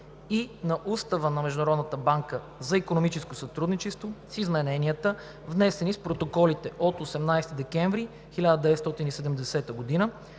и на Устава на Международната банка за икономическо сътрудничество (с измененията, внесени с протоколите от 18 декември 1970 г.,